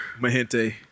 Mahente